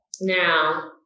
Now